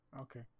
Okay